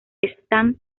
están